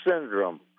syndrome